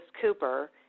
Cooper